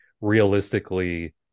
realistically